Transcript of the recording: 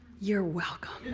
you're welcome.